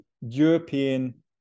European